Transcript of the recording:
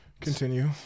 Continue